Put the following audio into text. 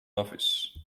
office